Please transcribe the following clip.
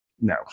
no